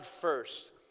first